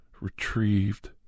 retrieved